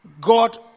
God